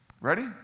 Ready